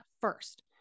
first